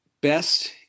Best